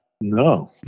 no